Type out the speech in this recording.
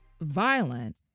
violent